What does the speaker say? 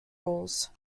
rules